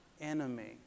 enemy